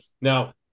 now